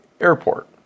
airport